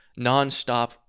nonstop